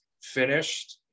finished